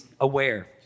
aware